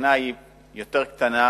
הקרינה יותר קטנה,